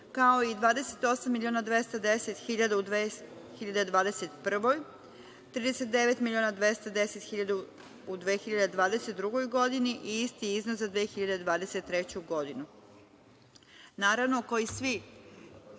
kao i 28.210.000 u 2021. godini, 39.210.000 u 2022. godini, i isti iznos za 2023.